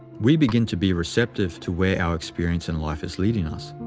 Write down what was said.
we begin to be receptive to where our experience in life is leading us.